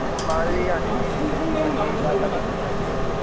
ਉਹ ਤੋਂ ਬਾਅਦ ਵੀ ਹਾਂਜੀ ਹਾਂਜੀ ਦਸ ਸਾਢੇ ਦਸ ਵਜੇ ਵੀ ਚੱਲਦੀ ਇਕ